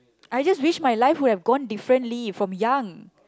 I just wish my life would have gone differently from young